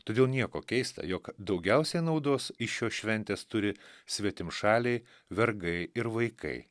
todėl nieko keista jog daugiausiai naudos iš šios šventės turi svetimšaliai vergai ir vaikai